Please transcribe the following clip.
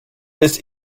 des